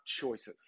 choices